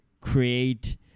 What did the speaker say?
create